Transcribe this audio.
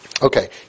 Okay